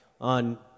on